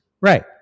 Right